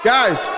Guys